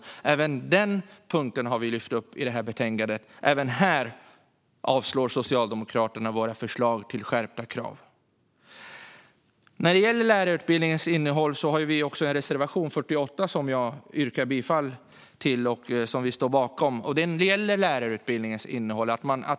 Också den punkten har vi lyft upp i betänkandet, och även här avstyrker Socialdemokraterna våra förslag till skärpta krav. Jag yrkar bifall till reservation 48 om lärarutbildningens innehåll.